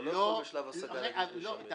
אתה לא יכול משלב השגה להגיש דרישה מידית.